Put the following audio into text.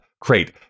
Great